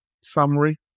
summary